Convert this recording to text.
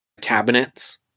cabinets